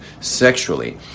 sexually